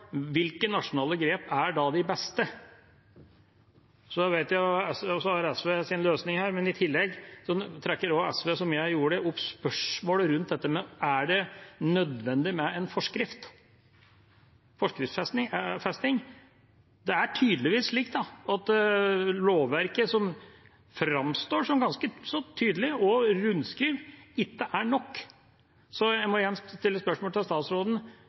Hvilke nasjonale grep er da de beste? Så har SV sin løsning her, men i tillegg trekker også SV, som jeg gjorde, opp spørsmålet rundt dette: Er det nødvendig med en forskrift – forskriftsfesting? Det er tydeligvis slik at lovverket, som framstår som ganske så tydelig, og rundskriv ikke er nok. Så jeg må igjen stille spørsmål til statsråden: